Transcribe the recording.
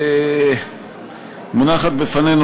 מונחת בפנינו,